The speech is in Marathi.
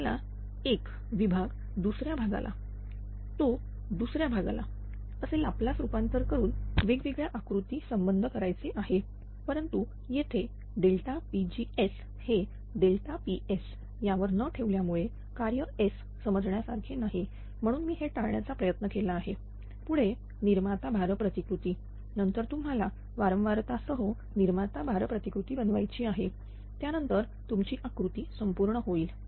आपल्याला1 एक विभाग विभाग दुसऱ्या भागाला तो दुसऱ्या भागाला असे लाप्लास रूपांतर करून वेगवेगळ्या आकृती संबंध करायचे आहेत परंतु येथे Pg हे P यावर न ठेवल्यामुळे कार्य S समजण्यासारखे नाही म्हणून मी हे टाळण्याचा प्रयत्न केला आहे पुढे निर्माता भार प्रतिकृती नंतर तुम्हाला वारंवारता सह निर्माता भार प्रतिकृती बनवायची आहे त्यानंतरच तुमची आकृती संपूर्ण होईल